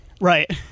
Right